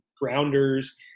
grounders